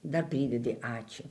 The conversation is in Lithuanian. dar pridedi ačiū